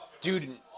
Dude